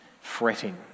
fretting